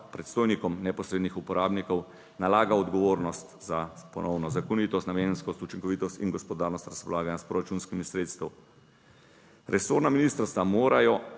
predstojnikom neposrednih uporabnikov nalaga odgovornost za ponovno zakonitost, namenskost, učinkovitost in gospodarnost razpolaganja s proračunskimi sredstvi. Resorna ministrstva morajo